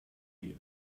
here